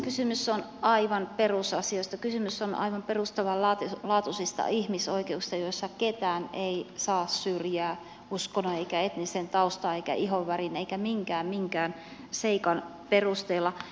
kysymys on aivan perusasioista kysymys on aivan perustavanlaatuisista ihmisoikeuksista joissa ketään ei saa syrjiä uskonnon eikä etnisen taustan eikä ihonvärin eikä minkään seikan perusteella